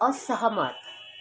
असहमत